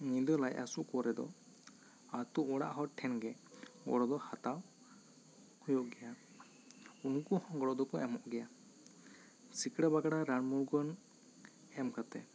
ᱧᱤᱫᱟᱹ ᱞᱟᱡ ᱦᱟᱹᱥᱩ ᱠᱚᱨᱮ ᱫᱚ ᱟᱹ ᱛᱩ ᱚᱲᱟᱜ ᱴᱷᱮᱱ ᱜᱮ ᱜᱚᱲᱚ ᱫᱚ ᱦᱟᱛᱟᱣ ᱦᱩᱭᱩᱜ ᱜᱮᱭᱟ ᱩᱱᱠᱩ ᱦᱚᱸ ᱜᱚᱲᱚ ᱫᱚᱠᱚ ᱮᱢᱚᱜ ᱜᱮᱭᱟ ᱥᱤᱠᱲᱟᱹ ᱵᱟᱠᱲᱟ ᱨᱟᱱ ᱢᱩᱨᱜᱟᱹᱱ ᱮᱢ ᱠᱟᱛᱮ